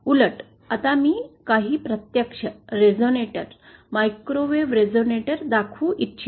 उलट आता मी काही प्रत्यक्ष रेझोनेटर मायक्रोवेव्ह रेझोनेटर दाखवू इच्छितो